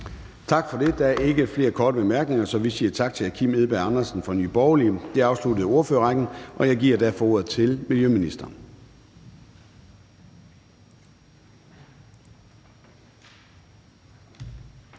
Tak for det. Der er ikke flere korte bemærkninger, så vi siger tak til hr. Kim Edberg Andersen fra Nye Borgerlige. Det afsluttede ordførerrækken, og jeg giver derfor ordet til miljøministeren.